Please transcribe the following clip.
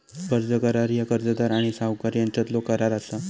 कर्ज करार ह्या कर्जदार आणि सावकार यांच्यातलो करार असा